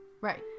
right